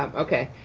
um okay,